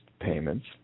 payments